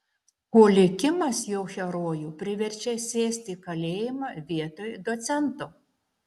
o likimas jo herojų priverčia sėsti į kalėjimą vietoj docento